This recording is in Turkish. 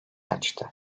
açtı